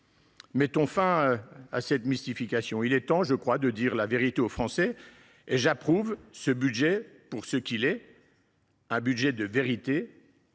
Mettons fin à cette mystification : il est temps de dire la vérité aux Français. J’approuve ce budget pour ce qu’il est : un budget de vérité,